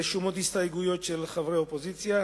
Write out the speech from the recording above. רשומות הסתייגויות של חברי האופוזיציה.